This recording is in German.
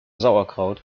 sauerkraut